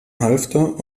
halfter